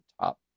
top